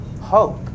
hope